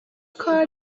کار